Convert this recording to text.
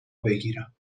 بگیرم